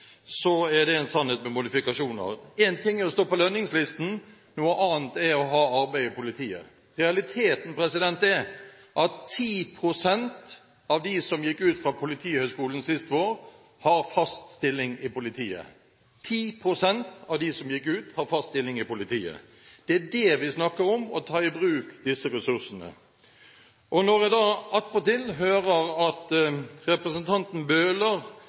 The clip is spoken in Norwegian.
er det en sannhet med modifikasjoner. Én ting er å stå på lønningslisten, noe annet er å ha arbeid i politiet. Realiteten er at 10 pst. av dem som gikk ut fra Politihøgskolen sist vår, har fast stilling i politiet – 10 pst. av dem som gikk ut, har fast stilling i politiet! Det vi snakker om, er å ta i bruk disse ressursene. Når jeg da attpåtil hører representanten Bøhler si at